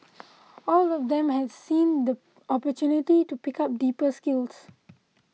all of them have seen the opportunity to pick up deeper skills